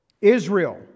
Israel